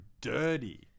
dirty